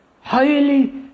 highly